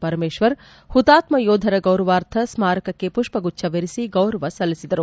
ಪರಮೇಶ್ವರ್ ಹುತಾತ್ನ ಯೋಧರ ಗೌರವಾರ್ಥ ಸ್ನಾರಕಕ್ಕೆ ಮಷ್ಪಗುಚ್ಲವಿರಸಿ ಗೌರವ ಸಲ್ಲಿಸಿದರು